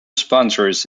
sponsors